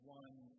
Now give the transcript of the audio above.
one